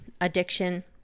addiction